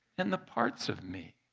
and the parts of me